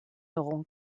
n’auront